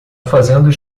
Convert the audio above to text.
fazendo